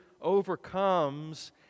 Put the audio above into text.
overcomes